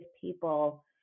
people